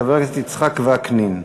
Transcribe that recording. חבר הכנסת יצחק וקנין,